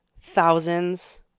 thousands